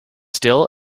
still